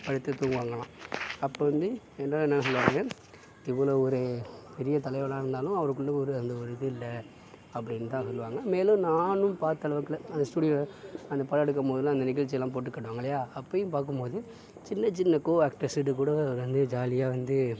படுத்து தூங்குவாங்களாம் அப்போ வந்து எல்லாரும் என்ன சொல்லுவாங்கள் இவ்வளவு ஒரு பெரிய தலைவனாக இருந்தாலும் அவருக்குள்ளே ஒரு அந்த ஒரு இது இல்லை அப்படின்னுதான் சொல்லுவாங்கள் மேலும் நானும் பார்த்த அளவுக்குல அந்த ஸ்டுடியோ அந்த படம் எடுக்கும் போதெல்லாம் அந்த நிகழ்ச்சியெல்லாம் போட்டு காட்டுவாங்கள் இல்லையா அப்பவும் பார்க்கும்போது சின்ன சின்ன கோ ஆக்டர்ஸ்கிட்டகூட அவர் வந்து ஜாலியாக வந்து